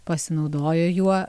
pasinaudoja juo